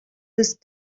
with